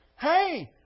Hey